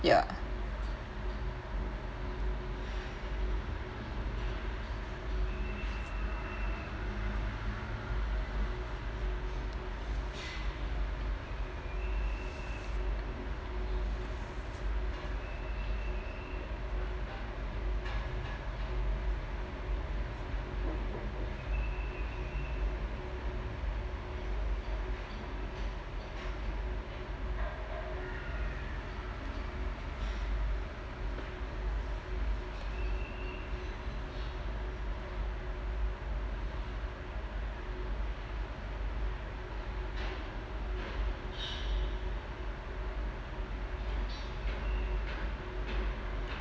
ya